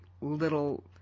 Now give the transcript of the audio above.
little